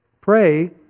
pray